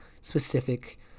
specific